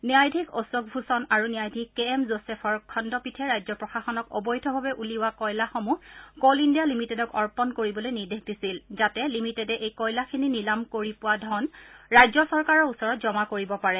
ন্যায়াধীশ অশোক ভূষণ আৰু ন্যায়াধীশ কে এম জোচেফৰ খণ্ডপীঠে ৰাজ্য প্ৰশাসনক অবৈধভাৱে উলিওৱা কয়লাসমূহ কল ইণ্ডিয়া লিমিটেডক অৰ্পণ কৰিবলৈ নিৰ্দেশ দিছিল যাতে লিমিটেডে এই কয়লাখিনি নিলাম কৰি পোৱা ধন ৰাজ্য চৰকাৰৰ ওচৰত জমা কৰিব পাৰে